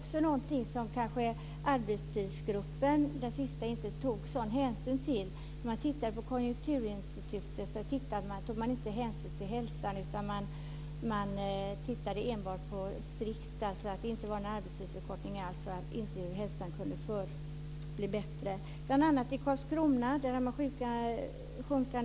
Detta kanske den senaste arbetstidsgruppen inte tog så stor hänsyn till. Man tittade på vad Konjunkturinstitutet sagt men tog inte hänsyn till hälsan. I Karlskrona minskar